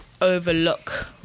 overlook